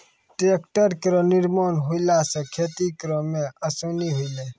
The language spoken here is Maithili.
ट्रेक्टर केरो निर्माण होला सँ खेती करै मे आसानी होलै